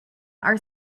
are